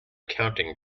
counting